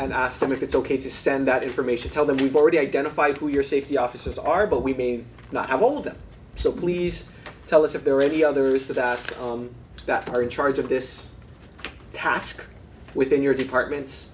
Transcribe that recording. and ask them if it's ok to send that information tell them we've already identified who your safety officers are but we may not have all of them so please tell us if there are any others that out on that are in charge of this task within your departments